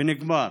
ונגמר.